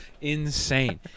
insane